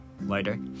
later